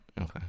Okay